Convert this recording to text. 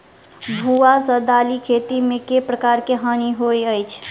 भुआ सँ दालि खेती मे केँ प्रकार केँ हानि होइ अछि?